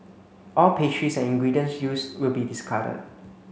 all pastries and ingredients used will be discarded